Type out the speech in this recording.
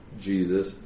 Jesus